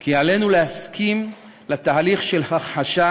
כי עלינו להסכים לתהליך של הכחשה